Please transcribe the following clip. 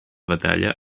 batalla